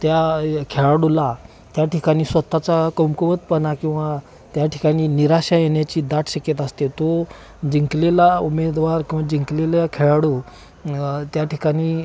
त्या खेळाडूला त्या ठिकाणी स्वतःचा कमकुवतपणा किंवा त्या ठिकाणी निराशा येण्याची दाट शक्यता असते तो जिंकलेला उमेदवार किंवा जिंकलेल्या खेळाडू त्या ठिकाणी